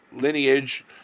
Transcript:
lineage